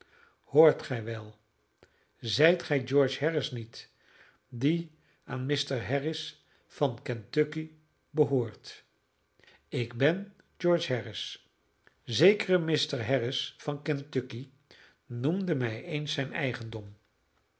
hoort gij wel zijt gij george harris niet die aan mr harris van kentucky behoort ik ben george harris zekere mr harris van kentucky noemde mij eens zijn eigendom